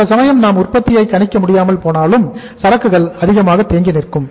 சில சமயம் நாம் உற்பத்தியை கணிக்க முடியாமல் போனாலும் சரக்குகள் அதிகமாக தேங்கி நிற்கும்